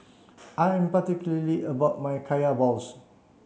I'm particular about my kaya balls